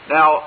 Now